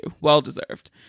Well-deserved